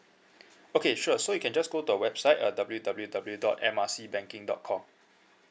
okay sure so you can just go to our website uh W W W dot M R C banking dot com